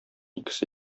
икесе